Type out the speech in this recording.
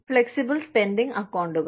flexible spending അക്കൌണ്ടുകൾ